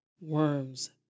worms